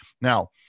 Now